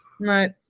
right